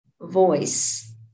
voice